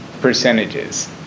Percentages